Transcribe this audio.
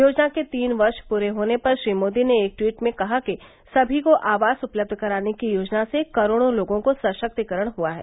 योजना के तीन वर्ष पूरे होने पर श्री मोदी ने एक ट्वीट में कहा कि सभी को आवास उपलब्ध कराने की योजना से करोड़ों लोगों का सशक्तिकरण हुआ है